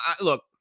Look